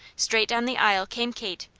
straight down the aisle came kate,